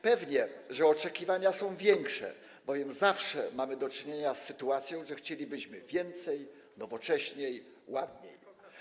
Pewnie, że oczekiwania są większe, bowiem zawsze mamy do czynienia z sytuacją, że chcielibyśmy więcej, nowocześniej, ładniej.